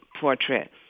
portrait